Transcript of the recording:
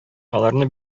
аларны